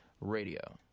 Radio